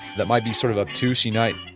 that might be sort of a touche night,